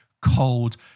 cold